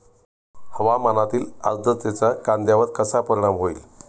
हवामानातील आर्द्रतेचा कांद्यावर कसा परिणाम होईल?